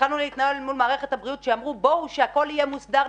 התחלנו להתנהל מול מערכת שאמרה שכאשר הכול יהיה מוסדר,